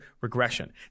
regression